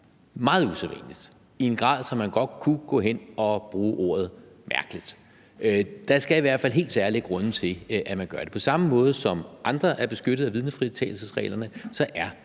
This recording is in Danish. meget usædvanligt og i en sådan grad, at man godt kunne gå hen og bruge ordet mærkeligt. Der skal i hvert fald helt særlige grunde til, at man gør det. På samme måde som andre er beskyttet af vidnefritagelsesreglerne, er